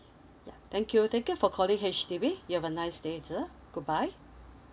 yeah thank you thank you for calling H_D_B you have a nice day too bye bye